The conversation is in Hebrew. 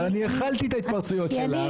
אבל אני הכלתי את ההתפרצויות שלך.